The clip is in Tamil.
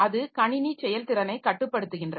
அது கணினி செயல்திறனைக் கட்டுப்படுத்துகின்றது